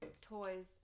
toys